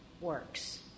works